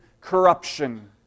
corruption